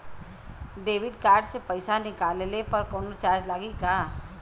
Debit card से पैसा निकलले पर कौनो चार्ज लागि का?